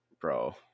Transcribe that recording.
bro